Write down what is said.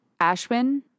Ashwin